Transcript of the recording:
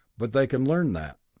but they can learn that.